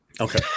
okay